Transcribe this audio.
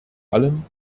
allem